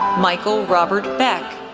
michael robert beck,